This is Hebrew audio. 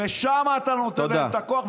ושם אתה מקבל את הכוח,